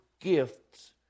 gifts